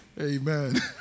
Amen